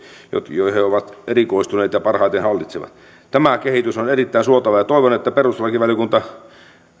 joihin he ovat erikoistuneet ja parhaiten hallitsevat tämä kehitys on erittäin suotavaa ja toivon että perustuslakivaliokunta